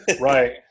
Right